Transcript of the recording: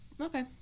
okay